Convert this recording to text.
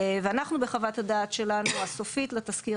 אנחנו בחוות הדעת שלנו הסופית לתסקיר,